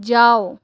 যাও